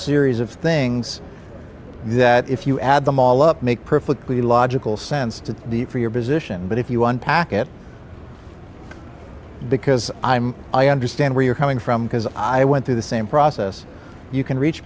series of things that if you add them all up make perfectly logical sense to deep for your position but if you want packet because i'm i understand where you're coming from because i went through the same process you can reach